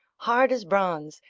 hard as bronze,